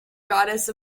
goddess